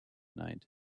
night